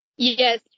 Yes